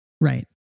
Right